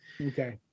Okay